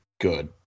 good